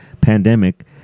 pandemic